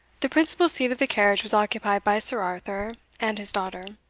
the principal seat of the carriage was occupied by sir arthur and his daughter.